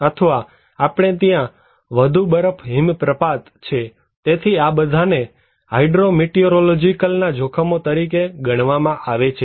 અથવા આપણે ત્યાં વધુ બરફ હિમપ્રપાત છે તેથી આ બધાને હાઇડ્રો મીટિઓરોલોજીકલ ના જોખમો તરીકે ગણવામાં આવે છે